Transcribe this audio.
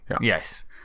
yes